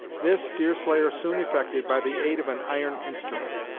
this deerslayer soon effected by the aid of an iron instrument,